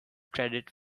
credit